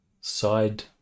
side